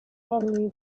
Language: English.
only